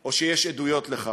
או אם יש עדויות לכך.